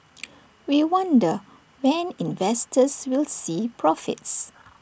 we wonder when investors will see profits